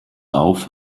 auf